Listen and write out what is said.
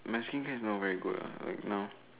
my skincare is not very good ah like now